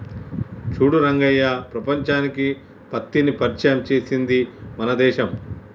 చూడు రంగయ్య ప్రపంచానికి పత్తిని పరిచయం చేసింది మన దేశం